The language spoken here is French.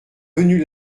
venus